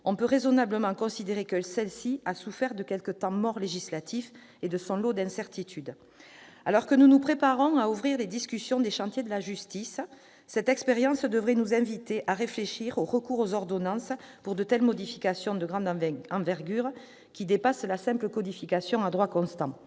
on peut raisonnablement considérer que celle-ci a souffert de certains temps morts législatifs et de son lot d'incertitudes ... Alors que nous nous préparons à ouvrir les discussions sur les chantiers de la justice, cette expérience devrait nous inviter à réfléchir à la question du recours aux ordonnances pour de telles modifications, qui sont de grande envergure et dépassent une simple codification à droit constant.